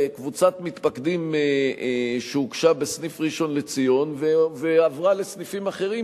לקבוצת מתפקדים שהוגשה בסניף ראשון-לציון ועברה לסניפים אחרים,